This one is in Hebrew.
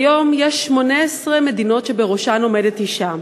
כיום יש 18 מדינות שבראשן עומדת אישה,